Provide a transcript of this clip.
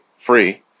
free